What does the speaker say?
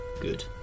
Good